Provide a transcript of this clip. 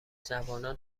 جوانان